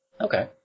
Okay